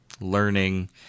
learning